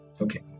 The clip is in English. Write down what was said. Okay